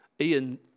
Ian